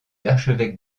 l’archevêque